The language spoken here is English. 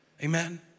Amen